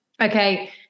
okay